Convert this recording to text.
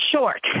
short